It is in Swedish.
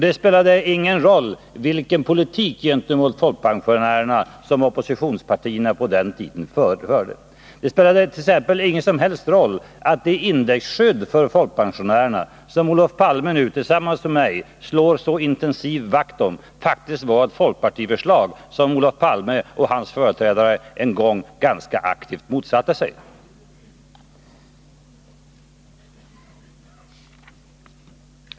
Det spelade ingen roll vilken politik gentemot folkpensionärerna som oppositionspartierna på den tiden förde. Det spelade t.ex. ingen som helst roll att det indexskydd för folkpensionerna som Olof Palme nu tillsammans med mig slår så intensivt vakt om faktiskt var ett folkpartiförslag som Olof Palme och hans företrädare en gång ganska aktivt motsatte sig.